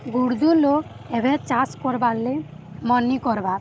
ଗୁର୍ ଲୋକ ଏବେ ଚାଷ କର୍ବାର୍ଲେ ମନି କର୍ବାର୍